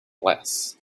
less